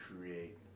create